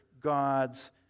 God's